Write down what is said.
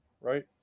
right